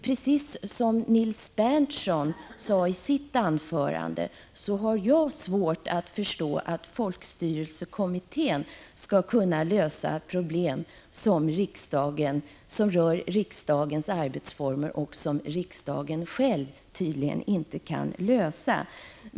I likhet med vad Nils Berndtson sade i sitt anförande har jag svårt att förstå att folkstyrelsekommittén skall kunna lösa problem, som rör riksdagens arbetsformer men som riksdagen själv tydligen inte kan lösa.